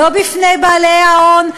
לא בפני בעלי ההון,